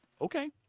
Okay